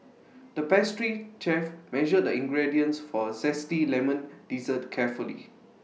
the pastry chef measured the ingredients for A Zesty Lemon Dessert carefully